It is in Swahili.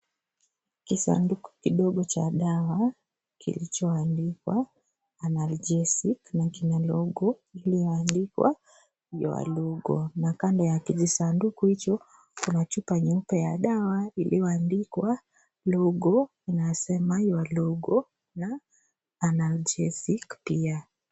Kisanduku kidogo cha dawa, kilicho andikwa,(cs)analjesuc(cs), na kina logo ilio andikwa, (cs)your lugo(cs), kando ya kijisanduku hicho kuna chupa nyeupe ya dawa iliyoandikwa, logo inasema,(cs) your lugo(cs), na (cs)analjesic(cs) pia.